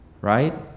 right